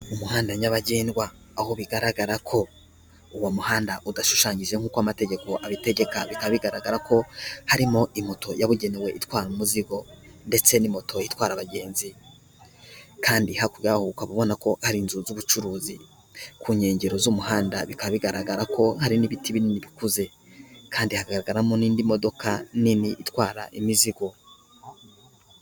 Umuhanda nyabagendwa aho bigaragara ko uwo muhanda udashushanyije nk'uko amategeko abitegeka, bika bigaragara ko harimo imoto yabugenewe itwara umuzigo, ndetse n'i moto itwara abagenzi kandi ukaba ubona ko hari inzu z'ubucuruzi ku nkengero z'umuhanda, bikaba bigaragara ko hari n'ibiti binini bikuze kandi hagaragaramo n'indi modoka nini itwara imizigo.